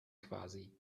quasi